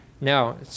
No